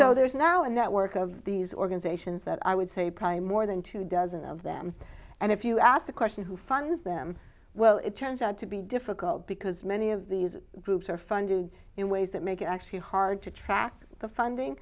so there's now a network of these organizations that i would say prime more than two dozen of them and if you ask the question who funds them well it turns out to be difficult because many of these groups are funded in ways that make it actually hard to track the funding